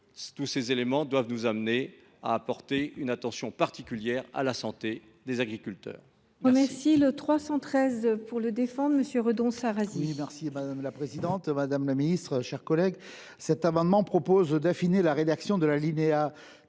Tous ces éléments doivent donc nous amener à apporter une attention particulière à la santé des agriculteurs.